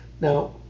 Now